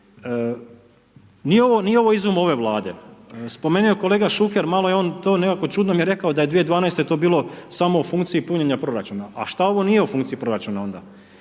Nije ovo izum ove Vlade. Spomenuo je kolega Šuker, malo je on to nekako čudno mi rekao da je 2012. to bilo samo u funkciji punjenja proračuna. A šta ovo nije u funkciji proračuna onda?